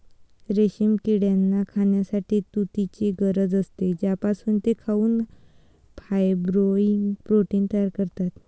रेशीम किड्यांना खाण्यासाठी तुतीची गरज असते, ज्यापासून ते खाऊन फायब्रोइन प्रोटीन तयार करतात